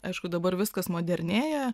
aišku dabar viskas modernėja